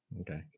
Okay